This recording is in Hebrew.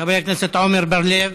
חבר הכנסת עמר בר-לב,